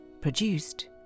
produced